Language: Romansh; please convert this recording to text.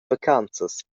vacanzas